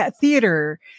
theater